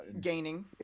gaining